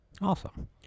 Awesome